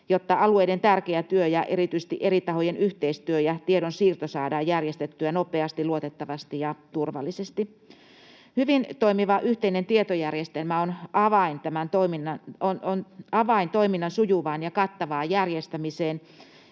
jotta alueiden tärkeä työ ja erityisesti eri tahojen yhteistyö ja tiedonsiirto saadaan järjestettyä nopeasti, luotettavasti ja turvallisesti. Hyvin toimiva yhteinen tietojärjestelmä on avain toiminnan sujuvaan ja kattavaan järjestämiseen